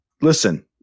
listen